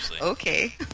Okay